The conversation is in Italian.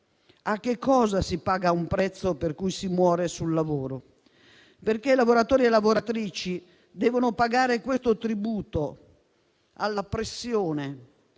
a che cosa si paga un prezzo per cui si muore sul lavoro. Ragioniamo sul perché lavoratori e lavoratrici devono pagare questo tributo alla pressione